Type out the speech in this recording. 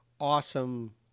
awesome